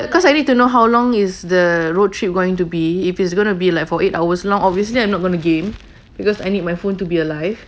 cause I need to know how long is the road trip going to be if it's gonna be like for eight hours long obviously I'm not gonna game because I need my phone to be alive